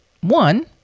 One